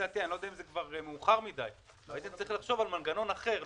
לדעתי אולי זה כבר מאוחר מדי הייתם צריכים לחשוב על מנגנון אחר,